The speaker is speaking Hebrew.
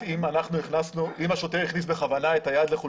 אם השוטר הכניס את היד בכוונה לחולצתה.